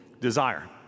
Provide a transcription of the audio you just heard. desire